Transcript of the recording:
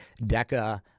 DECA